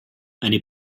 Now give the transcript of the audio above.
eine